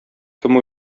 кем